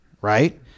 right